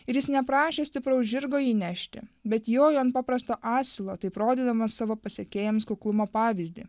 ir jis neprašė stipraus žirgo jį nešti bet jojo ant paprasto asilo taip rodydamas savo pasekėjams kuklumo pavyzdį